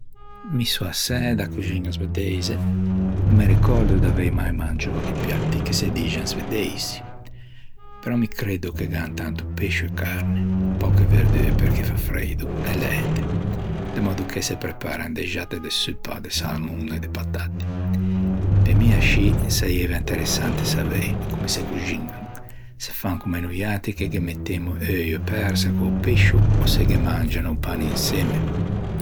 Mi sò assæ da coxiña svedeise. No me ricòrdo d'avei mai mangiou di piati che se dixan svedeisi. Però mi creddo che gh'an tanto pescio e carne, pöche verdue perché fa freido e læte, de mòddo che se preparan de xatte de suppa de sarmon e de patatte. Pe mi ascì saieiva interessante savei comme se coxiñan, se fan comme noiatri che ghe mettemmo euio, persa co-o pescio e se ghe mangian o pan insemme.